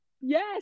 Yes